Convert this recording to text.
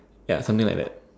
ya something like that